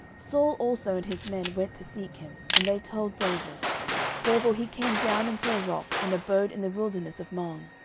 saul also and his men went to seek him. and they told david wherefore he came down into a rock, and abode in the wilderness of maon.